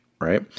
right